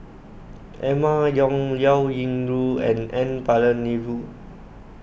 Emma Yong Liao Yingru and N Palanivelu